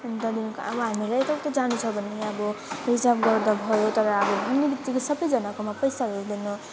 अनि त्यहाँदेखिको अब हामीलाई यता उता जानु छ भने अब रिजर्भ गर्दा भयो तर अब भन्ने बित्तिकै सबजनाकोमा पैसाहरू हुँदैन